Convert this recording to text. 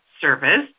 service